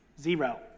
zero